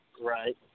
Right